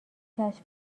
کشف